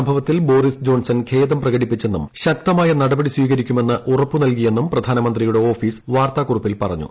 സംഭവത്തിൽ Boris Johnson ഖേദം പ്രകടിപ്പിച്ചെന്നും ശക്തമായ നടപടി സ്വീകരിക്കുമെന്ന് ഉറപ്പുനൽകിയെന്നും പ്രധാനമന്ത്രിടെ ഓഫീസ് വാർത്താക്കുറിപ്പിൽ പറഞ്ഞു